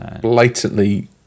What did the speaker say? blatantly